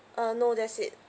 uh no that's it